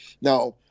Now